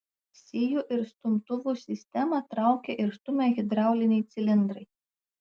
sijų ir stumtuvų sistemą traukia ir stumia hidrauliniai cilindrai